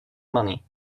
money